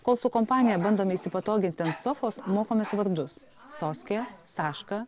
kol su kompanija bandome įsipatoginti ant sofos mokomės vardus soske saška